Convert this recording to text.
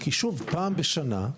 כי שוב, פעם בשנה,